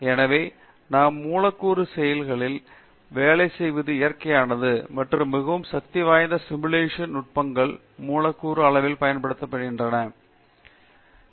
எனவே நாம் மூலக்கூறு செதில்களில் வேலை செய்வது இயற்கையானது மற்றும் மிகவும் சக்திவாய்ந்த சிமுலேஷன் நுட்பங்கள் மூலக்கூறு அளவில் பயன்படுத்தப்படுகின்றன அவை பொருள் நடத்தை மற்றும் அவற்றின் செயலாக்கத்தைப் புரிந்து கொள்ளுகின்றன